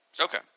Okay